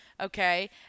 Okay